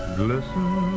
glisten